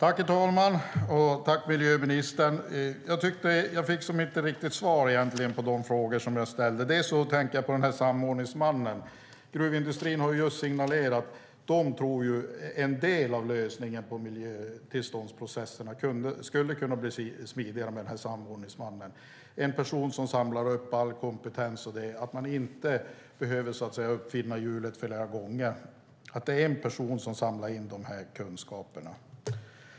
Herr talman! Jag fick inte riktigt svar på de frågor jag ställde. Jag tänker till exempel på samordningsmannen. Gruvindustrin har signalerat att de tror att en del av lösningen på miljötillståndsprocesserna skulle kunna bli smidigare med en samordningsman, en person som samlade all kompetens så att man inte så att säga behövde uppfinna hjulet flera gånger. En person skulle samla in kunskaperna.